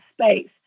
space